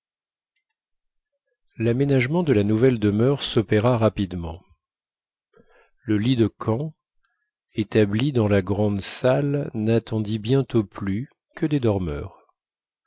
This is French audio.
l'aménagement de la nouvelle demeure s'opéra rapidement le lit de camp établi dans la grande salle n'attendit bientôt plus que des dormeurs